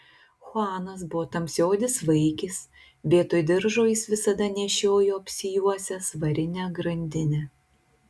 chuanas buvo tamsiaodis vaikis vietoj diržo jis visada nešiojo apsijuosęs varinę grandinę